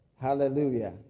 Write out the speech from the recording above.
Hallelujah